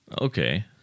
Okay